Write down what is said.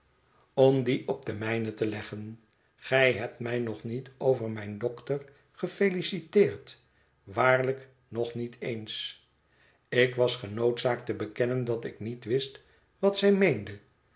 om die op de mijne te leggen gij hebt mij nog niet over mijn dokter gefeliciteerd waarlijk nog niet eens ik was genoodzaakt te bekennen dat ik niet wist wat zij meende